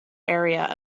area